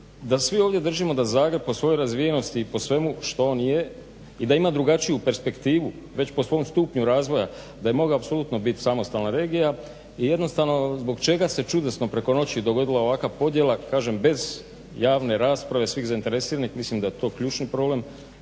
da svi ovdje držimo da Zagreb po svojoj razvijenosti i po svemu što on je i da ima drugačiju perspektivu već po svom stupnju razvoja da je mogao apsolutno samostalna regija i jednostavno zbog čega se čudesno preko noći dogodila ovakva podjela bez javne rasprave svih zainteresiranih mislim da je to ključni problem,